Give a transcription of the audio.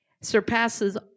surpasses